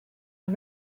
are